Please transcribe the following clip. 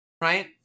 Right